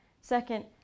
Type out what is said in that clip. Second